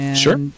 Sure